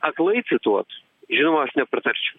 aklai cituot žinoma aš nepatarčiau